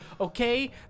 Okay